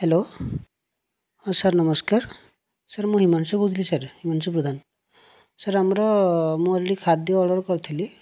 hello ହଁ sir ନମସ୍କାର sir ମୁଁ ହିମାଂଶୁ କହୁଥିଲି ସାର୍ ହିମାଂଶୁ ପ୍ରଧାନ ସାର୍ ଆମର ମୁଁ ଅଲରେଡ଼ି ଖାଦ୍ୟ ଅର୍ଡ଼ର କରିଥିଲି